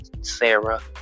sarah